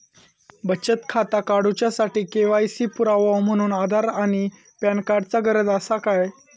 बचत खाता काडुच्या साठी के.वाय.सी पुरावो म्हणून आधार आणि पॅन कार्ड चा गरज आसा काय?